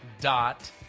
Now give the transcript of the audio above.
dot